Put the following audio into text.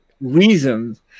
reasons